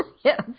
Yes